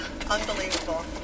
Unbelievable